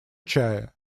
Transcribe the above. чая